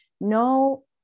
no